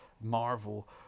Marvel